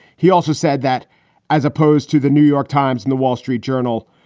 he also said that as opposed to the new york times and the wall street journal,